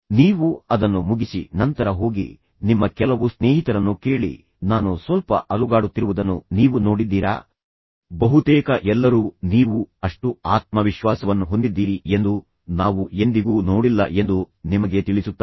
ನೀವು ಅದನ್ನು ಮುಗಿಸಿ ನಂತರ ಹೋಗಿ ನಿಮ್ಮ ಕೆಲವು ಸ್ನೇಹಿತರನ್ನು ಕೇಳಿ ನಾನು ಸ್ವಲ್ಪ ಅಲುಗಾಡುತ್ತಿರುವುದನ್ನು ನೀವು ನೋಡಿದ್ದೀರಾ ಬಹುತೇಕ ಎಲ್ಲರೂ ನೀವು ಅಷ್ಟು ಆತ್ಮವಿಶ್ವಾಸವನ್ನು ಹೊಂದಿದ್ದೀರಿ ಎಂದು ನಾವು ಎಂದಿಗೂ ನೋಡಿಲ್ಲ ಎಂದು ನಿಮಗೆ ತಿಳಿಸುತ್ತಾರೆ